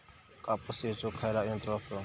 कापूस येचुक खयला यंत्र वापरू?